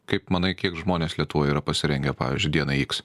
kaip manai kiek žmonės lietuvoj yra pasirengę pavyzdžiui dienai iks